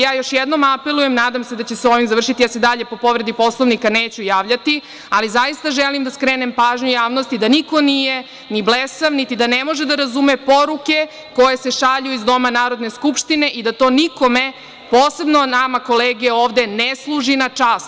Još jednom apelujem, nadam se da će se sa ovim završiti, da se dalje po povredi Poslovnika neću javljati, ali zaista želim da skrenem pažnju javnosti da niko nije ni blesav, niti da ne može da razume poruke koje se šalju iz Doma Narodne skupštine i da to nikome, posebno nama kolege, ovde ne služi na čast.